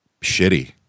shitty